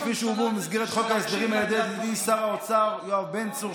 כפי שהובאו במסגרת חוק ההסדרים על ידי ידידי שר העבודה יואב בן צור,